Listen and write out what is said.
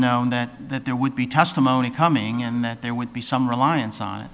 known that that there would be testimony coming and that there would be some reliance on